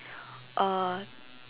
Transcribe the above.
uh